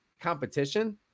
competition